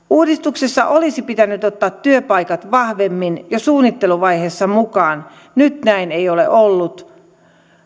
uudistuksessa olisi pitänyt ottaa työpaikat vahvemmin jo suunnitteluvaiheessa mukaan nyt näin ei ole ollut